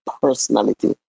personality